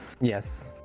Yes